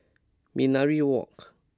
Minaret Walk